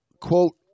quote